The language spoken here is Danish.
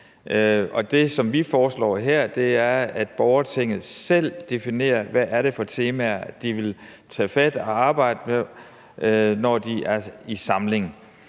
som vi foreslår her, er, at borgertinget selv definerer, hvad for temaer de vil tage fat på og arbejde med, når de er i samling.